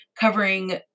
covering